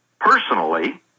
personally